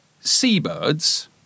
seabirds